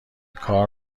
کار